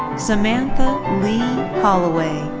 samantha lee holloway.